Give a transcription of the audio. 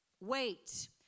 Wait